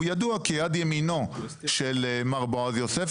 והוא ידוע כיד ימינו של מר בועז יוסף.